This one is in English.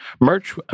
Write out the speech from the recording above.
merch